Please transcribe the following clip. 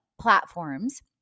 platforms